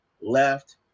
left